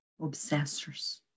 obsessors